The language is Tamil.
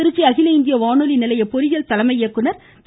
திருச்சி அகில இந்திய வானொலி நிலைய பொறியியல் தலைமை இயக்குநர் திரு